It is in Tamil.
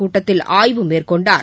கூட்டத்தில் ஆய்வு மேற்கொண்டார்